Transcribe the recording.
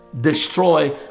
destroy